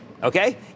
Okay